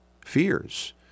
fears